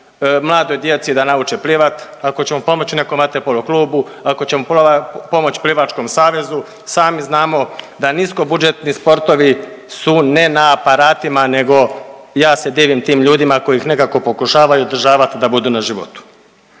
mladoj djeci da nauče plivat, ako ćemo pomoć nekom vaterpolo klubu, ako pomoć plivačkom savezu. Sami znamo da niskobudžeti sportovi su ne na aparatima nego ja se divim tim ljudima koji ih nekako pokušavaju održavat da budu na životu.